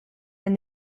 and